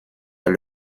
est